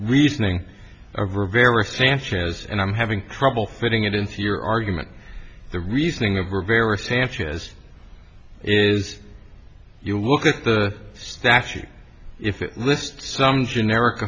reasoning of rivera sanchez and i'm having trouble fitting it into your argument the reasoning of rivera sanchez is you look at the statute if it lists some generic